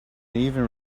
even